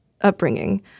upbringing